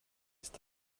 ist